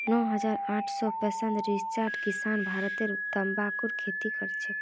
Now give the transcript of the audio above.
नौ हजार आठ सौ पैंसठ रजिस्टर्ड किसान भारतत तंबाकूर खेती करछेक